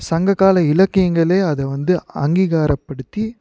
சங்ககால இலக்கியங்களே அதை வந்து அங்கீகாரப்படுத்தி